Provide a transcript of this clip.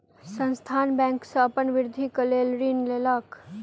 संस्थान बैंक सॅ अपन वृद्धिक लेल ऋण लेलक